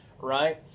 right